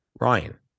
Ryan